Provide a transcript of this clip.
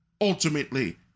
ultimately